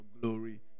glory